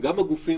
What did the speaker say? גם הגופים